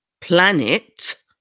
planet